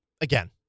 again